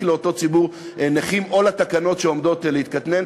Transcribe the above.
לאותו ציבור נכים או לתקנות שעומדות להיתקן,